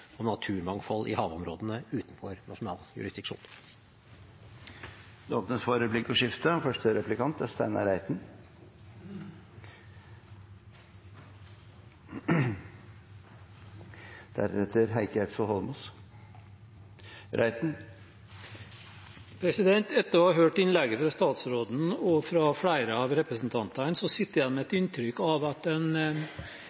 naturmangfold i havområdene utenfor nasjonal jurisdiksjon. Det blir replikkordskifte. Etter å ha hørt innlegget fra statsråden og fra flere av representantene sitter jeg igjen med et